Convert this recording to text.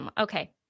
Okay